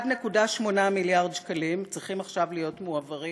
1.8 מיליארד שקלים צריכים עכשיו להיות מועברים